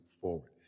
forward